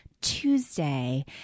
Tuesday